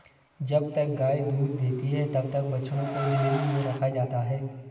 जब तक गाय दूध देती है तब तक बछड़ों को डेयरी में रखा जाता है